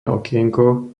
okienko